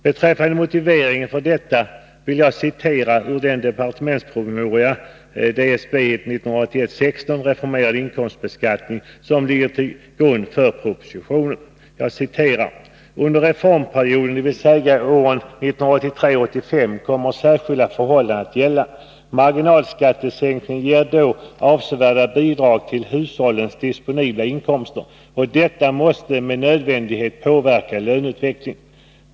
Beträffande motiveringen för detta vill jag citera ur den departementspro ”Under reformperioden, dvs. åren 1983-1985, kommer särskilda förhållanden att gälla. Marginalskattesänkningen ger då avsevärda bidrag till hushållen disponibla inkomster och detta måste med nödvändighet påverka löneutvecklingen.